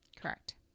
Correct